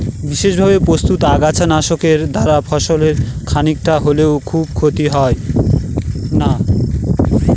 বিশেষভাবে প্রস্তুত আগাছা নাশকের দ্বারা ফসলের খানিকটা হলেও খুব ক্ষতি হয় না